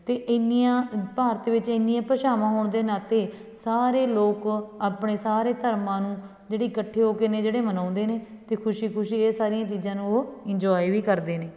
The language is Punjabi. ਅਤੇ ਐਨੀਆਂ ਭਾਰਤ ਵਿੱਚ ਐਨੀਆਂ ਭਾਸ਼ਾਵਾਂ ਹੋਣ ਦੇ ਨਾਤੇ ਸਾਰੇ ਲੋਕ ਆਪਣੇ ਸਾਰੇ ਧਰਮਾਂ ਨੂੰ ਜਿਹੜੀ ਇਕੱਠੇ ਹੋ ਕੇ ਨੇ ਜਿਹੜੇ ਮਨਾਉਂਦੇ ਨੇ ਅਤੇ ਖੁਸ਼ੀ ਖੁਸ਼ੀ ਇਹ ਸਾਰੀਆਂ ਚੀਜ਼ਾਂ ਨੂੰ ਉਹ ਇੰਜੋਏ ਵੀ ਕਰਦੇ ਨੇ